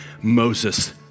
Moses